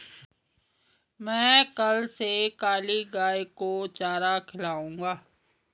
मैं कल से काली गाय को चारा खिलाऊंगा